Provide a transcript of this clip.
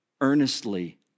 Earnestly